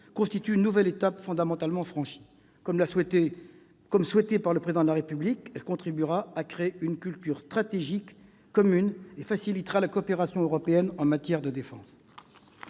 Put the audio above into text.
constitue une nouvelle étape fondamentale. Comme l'a souhaité le Président de la République, elle contribuera à créer une culture stratégique commune et facilitera la coopération européenne en matière de défense.